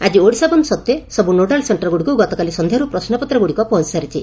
ଆଜି ଓଡ଼ିଶା ବନ୍ଦ ସତ୍ତ୍ େ ସବୁ ନୋଡାଲ୍ ସେକ୍କରଗୁଡ଼ିକୁ ଗତକାଲି ସନ୍ଧ୍ୟାରୁ ପ୍ରଶ୍ନପତ୍ରଗୁଡ଼ିକ ପହଞ୍ ସାରିଛି